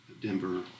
Denver